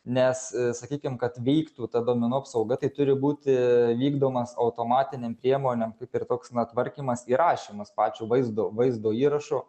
nes sakykim kad veiktų ta duomenų apsauga tai turi būti vykdomas automatinėm priemonėm kaip ir toks tvarkymas įrašymas pačio vaizdo vaizdo įrašo